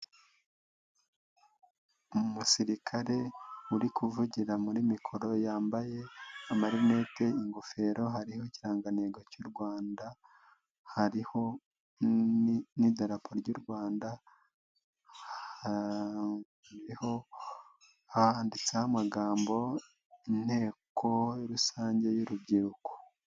Umusirikare uri kuvugira muri mikoro yambaye amarinete, ingofero hariho ikirangantego cy'u Rwanda hariho n'idarapo ry'u Rwandaho handitseho amagambo Inteko Rusange y'Urubyiruko.